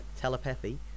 telepathy